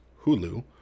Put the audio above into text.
Hulu